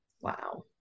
Wow